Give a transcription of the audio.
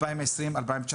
ב-2020 ו-2019?